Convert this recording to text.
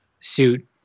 suit